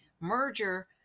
merger